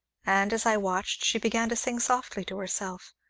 and, as i watched, she began to sing softly to herself,